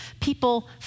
people